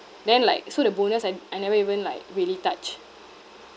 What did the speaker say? then like so the bonus I I never even like really touch